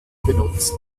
benutzt